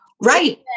Right